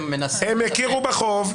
הם הכירו בחוב,